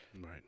right